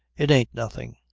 it ain't nothing.